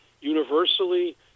universally